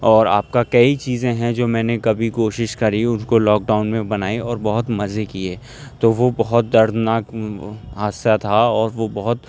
اور آپ کا کئی چیزیں ہیں جو میں نے کبھی کوشش کی ان کو لاک ڈاؤن میں بنائی اور بہت مزے کیے تو وہ بہت دردناک حادثہ تھا اور وہ بہت